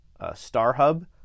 StarHub